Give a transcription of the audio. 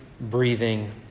breathing